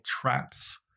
traps